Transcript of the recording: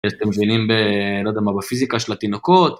אתם מבינים בפיזיקה של התינוקות.